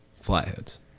flatheads